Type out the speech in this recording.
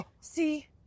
See